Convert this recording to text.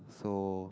so